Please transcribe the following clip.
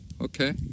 okay